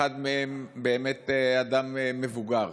אחד מהם באמת אדם מבוגר